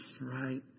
right